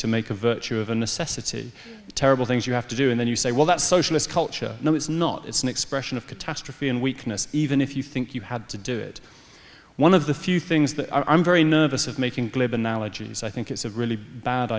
to make a virtue of necessity terrible things you have to do and then you say well that's socialist culture no it's not it's an expression of catastrophe and weakness even if you think you had to do it one of the few things that are i'm very nervous of making glib analogies i think it's a really bad